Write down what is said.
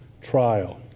trial